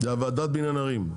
זה ועדת בניין ערים.